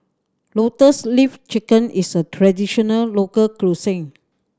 Lotus Leaf Chicken is a traditional local cuisine